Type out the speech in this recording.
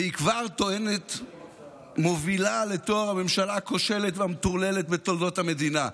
והיא כבר טוענת מובילה לתואר "הממשלה הכושלת והמטורללת בתולדות המדינה".